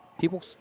people